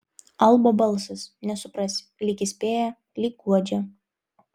albo balsas nesuprasi lyg įspėja lyg guodžia